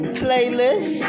playlist